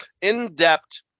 in-depth